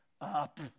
up